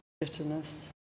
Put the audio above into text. bitterness